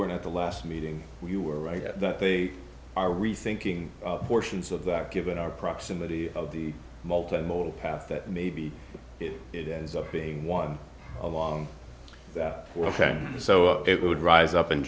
were at the last meeting you were right that they are rethinking portions of that given our proximity of the multi modal path that maybe if it ends up being one along that for a fact so it would rise up and